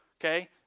Okay